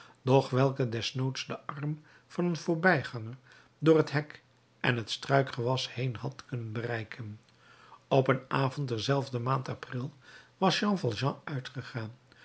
doch welke desnoods de arm van een voorbijganger door het hek en het struikgewas heen had kunnen bereiken op een avond derzelfde maand april was jean valjean uitgegaan